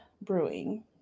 Brewing